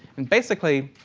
and basically,